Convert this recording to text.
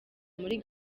muri